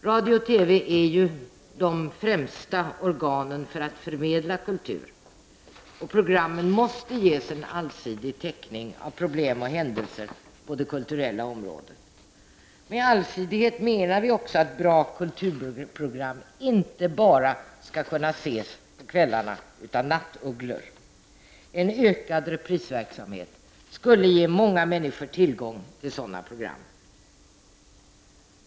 Radio och TV är de främsta medierna för att förmedla kultur. Pro grammen måste ge en allsidig täckning av problem och händelser på det kulturella området. Med allsidighet menar vi också att bra kulturprogram inte bara skall kunna ses på kvällarna av nattugglor. En ökad reprisverksamhet skulle ge många människor tillgång till sådana program.